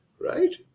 right